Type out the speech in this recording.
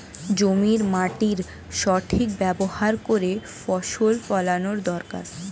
জমির মাটির সঠিক ব্যবহার করে ফসল ফলানো দরকারি